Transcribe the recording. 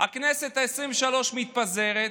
הכנסת העשרים-ושלוש מתפזרת,